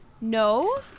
No